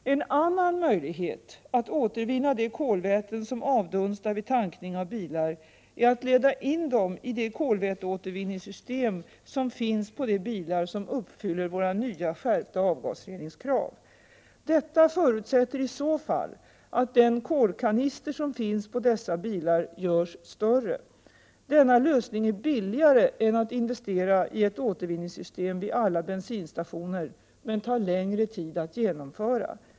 En annan möjlighet att återvinna de kolväten som avdunstar vid tankning av bilar är att leda in dem i det kolväteåtervinningssystem som finns på de bilar som uppfyller våra nya skärpta avgasreningskrav. Detta förutsätter i så fall att den kolkanister som finns på dessa bilar görs större. Denna lösning är billigare än att investera i återvinningssystem vid alla bensinstationer, men tar längre tid att genomföra.